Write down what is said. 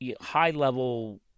high-level